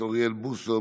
אוריאל בוסו,